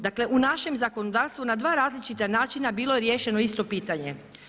Dakle u našem zakonodavstvu na dva različita načina bilo je riješeno isto pitanje.